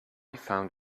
found